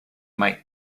might